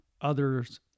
others